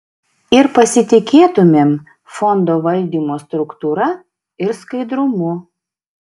ir pasitikėtumėm fondo valdymo struktūra ir skaidrumu